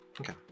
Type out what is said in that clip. Okay